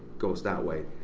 goes that way.